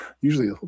usually